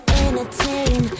entertain